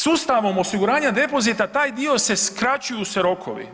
Sustavom osiguranja depozita taj dio se skraćuju se rokovi.